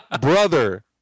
Brother